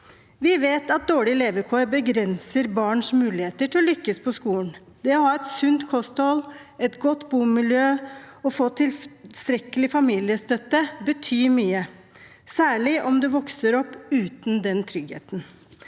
Vi vet at dårlige levekår begrenser barns muligheter til å lykkes på skolen. Det å ha et sunt kosthold, et godt bomiljø og å få tilstrekkelig familiestøtte betyr mye, særlig om du vokser opp uten den tryggheten.